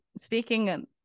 speaking